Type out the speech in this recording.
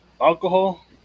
alcohol